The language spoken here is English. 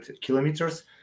kilometers